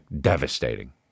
devastating